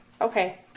Okay